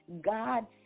God